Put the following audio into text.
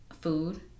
food